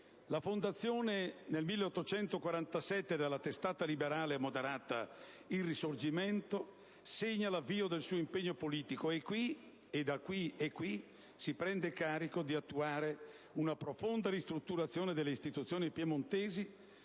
La fondazione nel dicembre 1847 della testata liberale e moderata «Il Risorgimento» segna l'avvio del suo impegno politico e qui si prende carico di attuare una profonda ristrutturazione delle istituzioni piemontesi